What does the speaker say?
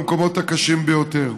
במקומות הקשים ביותר.